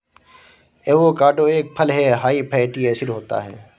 avocado एक फल हैं हाई फैटी एसिड होता है